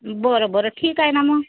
बरं बरं ठीक आहे ना मग